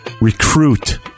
recruit